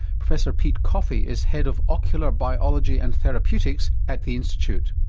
professor pete coffey is head of ocular biology and therapeutics at the institute.